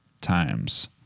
times